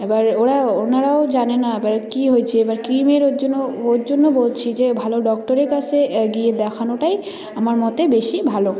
এবার ওরাও ওনারাও জানে না এবার কী হয়েছে এবার ক্রিমের ওর জন্য ওর জন্য বলছি যে ভালো ডক্টরের কাছে গিয়ে দেখানোটাই আমার মতে বেশি ভালো